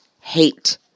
hate